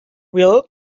will